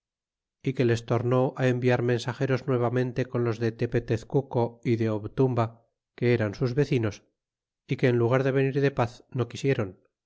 y que les tornó enviar mensageros nuevamente con los de tepetezcuco y de obturaba que eran sus vecinos y que en lugar de venir de paz no quisieron